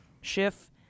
Schiff